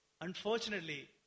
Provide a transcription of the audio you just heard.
Unfortunately